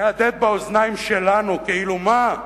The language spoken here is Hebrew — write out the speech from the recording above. מהדהד באוזניים שלנו, כאילו מה?